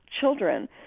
children